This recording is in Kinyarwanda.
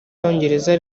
abongereza